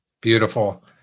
Beautiful